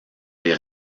des